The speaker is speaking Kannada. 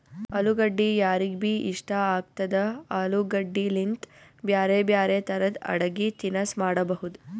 ಅಲುಗಡ್ಡಿ ಯಾರಿಗ್ಬಿ ಇಷ್ಟ ಆಗ್ತದ, ಆಲೂಗಡ್ಡಿಲಿಂತ್ ಬ್ಯಾರೆ ಬ್ಯಾರೆ ತರದ್ ಅಡಗಿ ತಿನಸ್ ಮಾಡಬಹುದ್